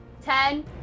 Ten